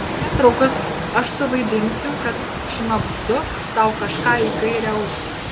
netrukus aš suvaidinsiu kad šnabždu tau kažką į kairę ausį